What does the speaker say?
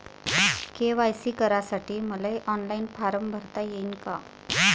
KYC करासाठी मले online form भरता येईन का?